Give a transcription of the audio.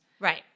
Right